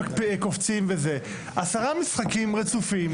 הוא לא יכול להיכנס לעשרה משחקים רצופים.